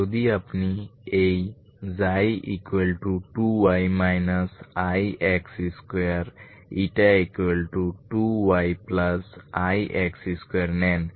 যদি আপনি এই ξ2y ix2 η2yix2 নেন